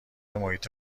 محیط